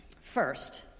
First